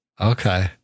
Okay